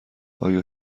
آیا